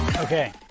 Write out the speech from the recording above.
Okay